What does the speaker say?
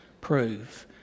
prove